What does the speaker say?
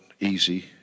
easy